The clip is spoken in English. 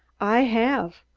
i haf.